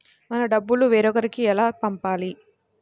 మన డబ్బులు వేరొకరికి ఎలా పంపాలి?